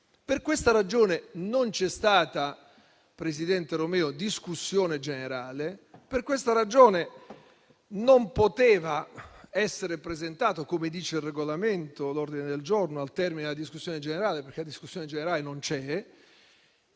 per questa ragione non c'è stata, presidente Romeo, discussione generale e, sempre per questa ragione, non poteva essere presentato, come dice il Regolamento, un ordine del giorno al termine della discussione generale, perché essa non c'è